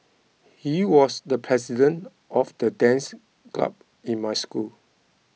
he was the president of the dance club in my school